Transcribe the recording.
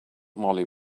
molly